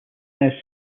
now